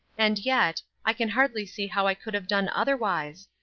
and, yet, i can hardly see how i could have done otherwise?